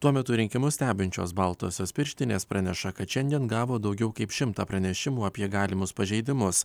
tuo metu rinkimus stebinčios baltosios pirštinės praneša kad šiandien gavo daugiau kaip šimtą pranešimų apie galimus pažeidimus